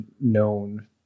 known